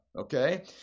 okay